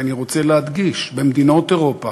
אני רוצה להדגיש: במדינות אירופה,